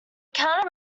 counter